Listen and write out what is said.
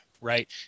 right